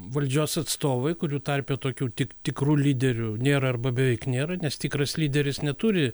valdžios atstovai kurių tarpe tokių tik tikrų lyderių nėra arba beveik nėra nes tikras lyderis neturi